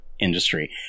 industry